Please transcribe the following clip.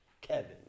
kevin